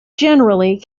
generally